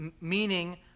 meaning